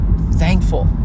thankful